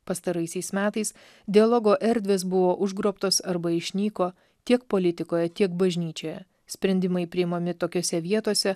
pastaraisiais metais dialogo erdvės buvo užgrobtos arba išnyko tiek politikoje tiek bažnyčioje sprendimai priimami tokiose vietose